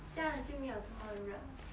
这样你就没有这么热